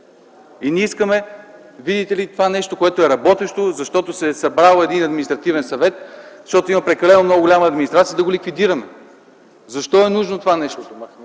И ние искаме, видите ли, това нещо, което е работещо, защото се е събрал един административен съвет, защото има много голяма администрация, да го ликвидираме. Защо е нужно това нещо? Защо